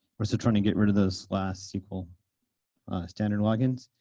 also trying to get rid of those last sql standard logins.